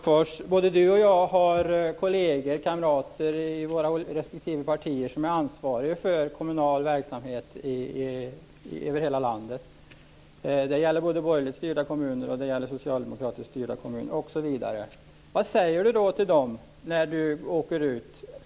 Herr talman! Både Sten Tolgfors och jag har kolleger och kamrater i våra respektive partier som är ansvariga för kommunal verksamhet över hela landet. Det gäller både borgerligt styrda kommuner, socialdemokratiskt styrda kommuner osv. Vad säger Sten Tolgfors då till dem när han åker ut?